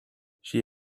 she